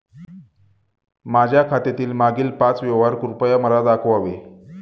माझ्या खात्यातील मागील पाच व्यवहार कृपया मला दाखवावे